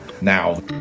now